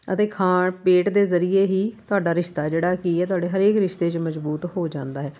ਅਤੇ ਖਾਣ ਪੇਟ ਦੇ ਜ਼ਰੀਏ ਹੀ ਤੁਹਾਡਾ ਰਿਸ਼ਤਾ ਜਿਹੜਾ ਕੀ ਹੈ ਤੁਹਾਡੇ ਹਰੇਕ ਰਿਸ਼ਤੇ 'ਚ ਮਜਬੂਤ ਹੋ ਜਾਂਦਾ ਹੈ